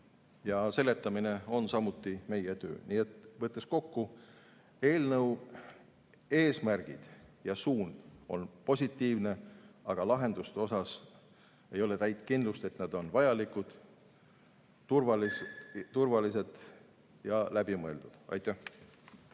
Seletamine on samuti meie töö. Võttes kokku: eelnõu eesmärgid ja suund on positiivsed, aga lahenduste puhul ei ole täit kindlust, et nad on vajalikud, turvalised ja läbimõeldud. Aitäh!